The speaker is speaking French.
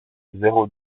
zéro